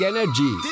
Energy